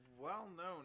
well-known